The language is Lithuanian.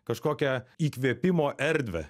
kažkokią įkvėpimo erdvę